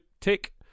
tick